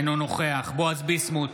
אינו נוכח בועז ביסמוט,